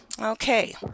Okay